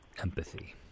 empathy